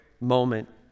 moment